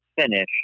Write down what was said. finish